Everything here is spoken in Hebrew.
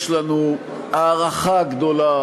יש לנו הערכה גדולה